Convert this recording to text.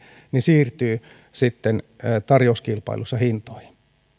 siirtyy tarjouskilpailussa hintoihin